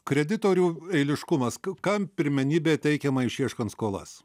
kreditorių eiliškumas k kam pirmenybė teikiama išieškant skolas